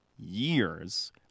years